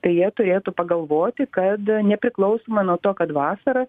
tai jie turėtų pagalvoti kad nepriklausoma nuo to kad vasara